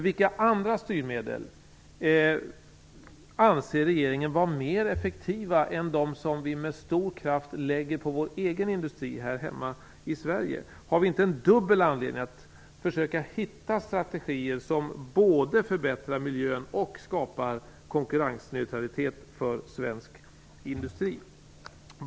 Vilka andra styrmedel anser regeringen vara mer effektiva än de som vi med stor kraft använder på vår egen industri här hemma i Sverige? Har vi inte en dubbel anledning att försöka hitta strategier som både förbättrar miljön och skapar konkurrensneutralitet för svensk industri?